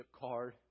card